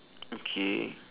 okay